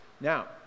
Now